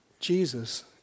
Jesus